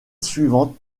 suivante